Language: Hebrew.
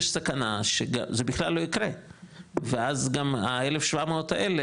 יש סכנה שזה בכלל לא יקרה ואז גם ה-1,700 האלה,